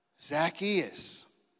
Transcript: Zacchaeus